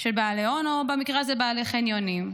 של בעלי הון, או במקרה הזה בעלי חניונים?